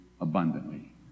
abundantly